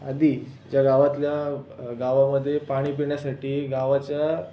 आधी ज्या गावातल्या गावामध्ये पाणी पिण्यासाठी गावाच्या